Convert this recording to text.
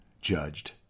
judged